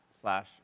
slash